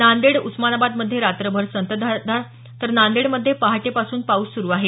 नांदेड उस्मानाबाद मध्ये रात्रभर संततधार तर नांदेड मध्ये पहाटेपासून पाऊस सुरु आहे